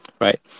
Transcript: right